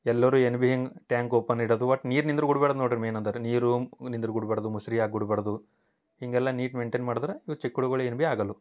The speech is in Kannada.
ಎಲ್ಲರು ಏನು ಬಿ ಹಿಂಗೆ ಟ್ಯಾಂಕ್ ಓಪನ್ ಇಡದು ಒಟ್ಟು ನೀರು ನಿಂದರು ಗುಡ್ಬ್ಯಾಡ್ದ ನೋಡ್ರಿ ಮೇನ್ ಅಂದರ್ ರೀ ನೀರೂ ನಿಂದ್ರು ಗುಡ್ಬ್ಯಾಡ್ದು ಮುಸ್ರಿ ಆಗ್ ಗುಡ್ಬ್ಯಾಡ್ದು ಹೀಗೆಲ್ಲ ನೀಟ್ ಮೇಯ್ನ್ಟೇನ್ ಮಾಡದ್ರ ಇವು ಚಿಕ್ಕುಳುಗಳು ಏನು ಬಿ ಆಗಲ್ಲು